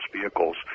vehicles